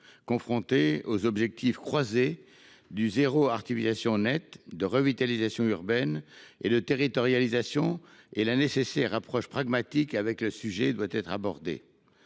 confrontées aux objectifs croisés du zéro artificialisation nette (ZAN), de revitalisation urbaine et de territorialisation et de la nécessaire approche pragmatique avec laquelle ce sujet doit être abordé.